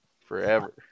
Forever